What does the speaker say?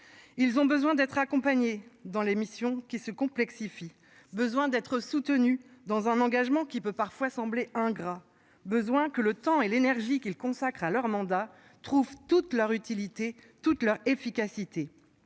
Ils ont besoin d'être accompagnés dans l'émission qui se complexifie besoin d'être soutenus dans un engagement qui peut parfois sembler ingrat besoin que le temps et l'énergie qu'ils consacrent à leur mandat trouvent toute leur utilité toute leur efficacité